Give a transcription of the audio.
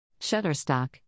Shutterstock